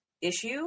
issue